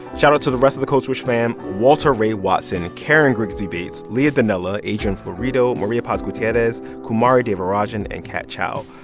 shout-out to the rest of the code switch fam walter ray watson, karen grigsby bates. leah donnella, adrian florido, maria paz gutierrez, kumari devarajan and kat chow.